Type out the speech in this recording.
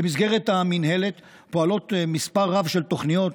במסגרת המינהלת פועל מספר רב של תוכניות,